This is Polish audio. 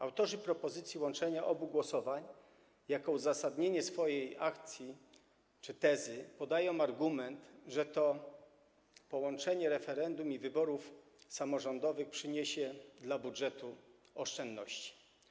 Autorzy propozycji łączenia obu głosowań jako uzasadnienie swojej akcji czy tezy podają argument, że połączenie referendum i wyborów samorządowych przyniesie dla budżetu oszczędności.